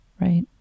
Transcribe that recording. right